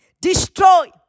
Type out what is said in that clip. destroy